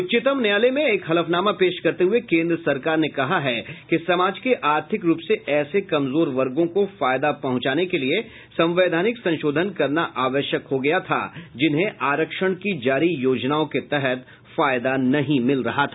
उच्चतम न्यायालय में एक हलफनामा पेश करते हुए केन्द्र सरकार ने कहा है कि समाज के आर्थिक रूप से ऐसे कमजोर वर्गों को फायदा पहुंचाने के लिए संवैधानिक संशोधन करना आवश्यक हो गया था जिन्हें आरक्षण की जारी योजनाओं के तहत फायदा नहीं मिल रहा था